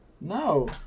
No